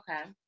Okay